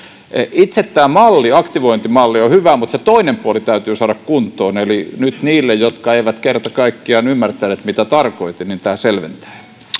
itse tämä malli aktivointimalli on hyvä mutta se toinen puoli täytyy saada kuntoon eli nyt niille jotka eivät kerta kaikkiaan ymmärtäneet mitä tarkoitin tämä selventää